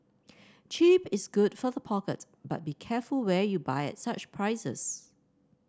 cheap is good for the pocket but be careful where you buy at such prices